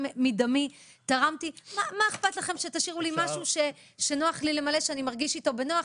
גם מדמי מה אכפת לכם שתשאירו לי משהו שאני מרגיש איתו נוח?